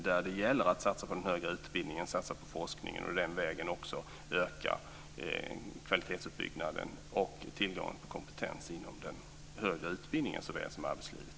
Där gäller det att satsa på den högre utbildningen och forskningen och den vägen öka kvalitetsuppbyggnaden och tillgången på kompetens inom såväl den högre utbildningen som arbetslivet.